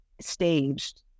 staged